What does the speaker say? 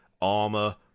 armor